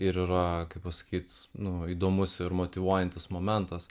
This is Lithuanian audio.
iryra kaip pasakyt nu įdomus ir motyvuojantis momentas